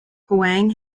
hwang